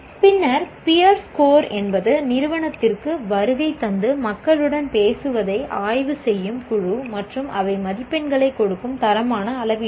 பின்னர் peer score என்பது நிறுவனத்திற்கு வருகை தந்து மக்களுடன் பேசுவதை ஆய்வு செய்யும் குழு மற்றும் அவை மதிப்பெண்களைக் கொடுக்கும் தரமான அளவீடுகள்